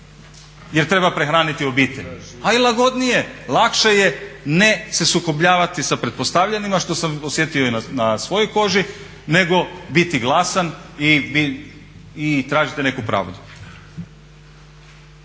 jer treba prehraniti obitelj. A i lagodnije je, lakše je ne se sukobljavati sa pretpostavljenima, što sam osjetio i na svojoj koži, nego biti glasan i tražiti neku pravdu.